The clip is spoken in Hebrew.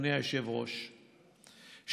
אדוני היושב-ראש,